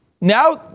Now